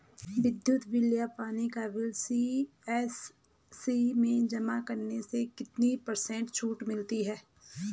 विद्युत बिल या पानी का बिल सी.एस.सी में जमा करने से कितने पर्सेंट छूट मिलती है?